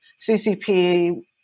CCP